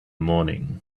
morning